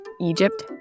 Egypt